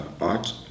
art